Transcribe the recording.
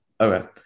Okay